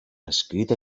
escrit